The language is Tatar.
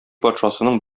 патшасының